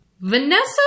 Vanessa